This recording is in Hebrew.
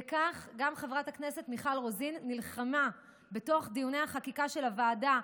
וגם חברת הכנסת מיכל רוזין נלחמה בתוך דיוני החקיקה בוועדה,